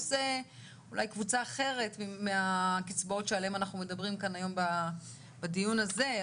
אולי קבוצה אחרת מהקצבאות עליהן אנחנו מדברים כאן היום בדיון הזה.